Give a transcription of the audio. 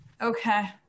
Okay